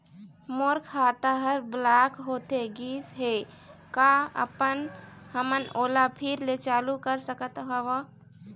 मोर खाता हर ब्लॉक होथे गिस हे, का आप हमन ओला फिर से चालू कर सकत हावे?